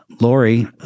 Lori